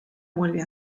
vuelve